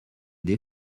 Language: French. des